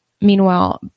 meanwhile